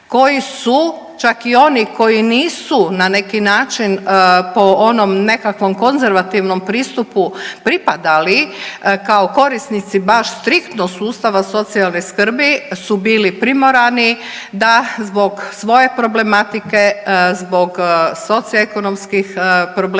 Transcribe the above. koji su čak i oni koji nisu na neki način po onom nekakvom konzervativnom pristupu pripadali kao korisnici baš striktno sustava socijalne skrbi su bili primorani da zbog svoje problematike, zbog socioekonomskih problema,